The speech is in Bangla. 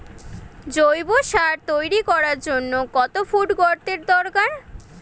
জৈব সার তৈরি করার জন্য কত ফুট গর্তের দরকার?